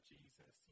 Jesus